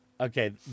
Okay